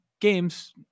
games